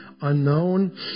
unknown